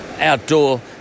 outdoor